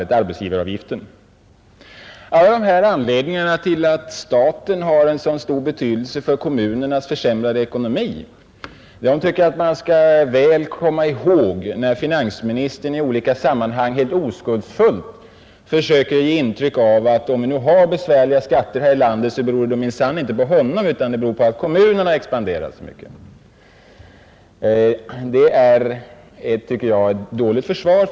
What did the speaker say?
Jag tycker att man skall komma ihåg alla dessa anledningar till att statens åtgöranden har så stor betydelse för kommunernas försämrade ekonomi, när finansministern i olika sammanhang helt oskuldsfullt försöker ge intryck av att om vi nu har besvärliga skatter här i landet, så beror det minsann inte på honom utan på att kommunerna expanderar så mycket. Det är enligt min uppfattning ett dåligt försvar.